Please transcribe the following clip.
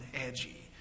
edgy